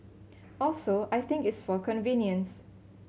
also I think it's for convenience